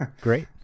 Great